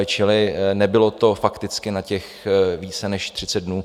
Čili nebylo to fakticky na těch více než 30 dnů.